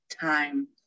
time